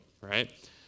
right